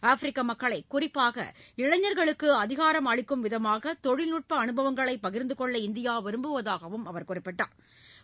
ஆப்பிரிக்க மக்களை குறிப்பாக இளைஞர்களுக்கு அதிகாரம் அளிக்கும் விதமாக தொழில்நுட்ப அனுபவங்களை பகிா்ந்துகொள்ள இந்தியா விரும்புவதாகவும் அவா குறிப்பிட்டாா்